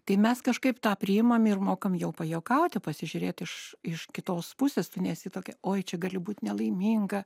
tai mes kažkaip tą priimam ir mokam jau pajuokauti pasižiūrėt iš iš kitos pusės tu nesi tokia oi čia gali būt nelaiminga